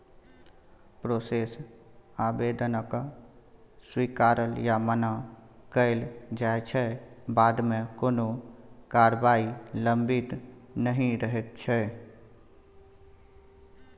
processed आबेदनकेँ स्वीकारल या मना कएल जाइ छै बादमे कोनो कारबाही लंबित नहि रहैत छै